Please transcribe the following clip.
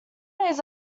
days